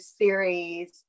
series